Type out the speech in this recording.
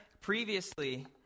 previously